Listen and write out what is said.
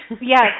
Yes